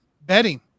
betting